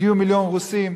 והרוסים, הגיעו מיליון רוסים.